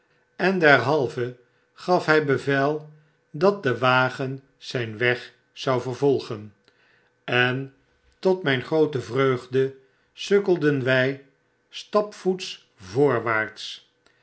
en derhalve gat hy bevel dat de wagen zyn weg zou vervolgen en tot mjjn groote vreugde sukkelden wij stapvoets voorwaarts